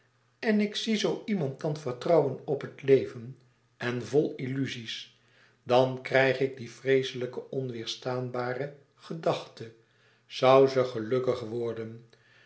en ik zie zoo iemand dan vertrouwen op het leven en vol illusies dan krijg ik die vreeselijke onweêrstaanbare gedachte zoû ze gelukkig worden